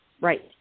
Right